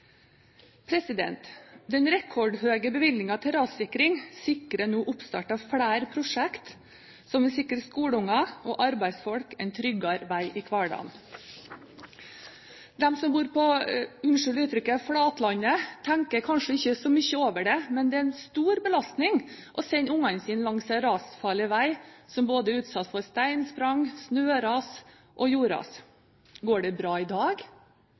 Den rekordhøye bevilgningen til rassikring sikrer nå oppstart av flere prosjekter som vil sikre skolebarn og arbeidsfolk en tryggere vei i hverdagen. De som bor – unnskyld uttrykket – på flatlandet, tenker kanskje ikke så mye over det, men det er en stor belastning å sende ungene sine langs en rasfarlig vei, som både er utsatt for steinsprang, snøras og jordras. Går det bra i dag?